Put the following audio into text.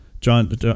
John